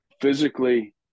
physically